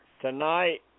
Tonight